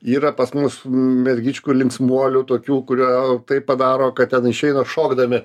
yra pas mus mergičkų ir linksmuolių tokių kurie taip padaro kad ten išeina šokdami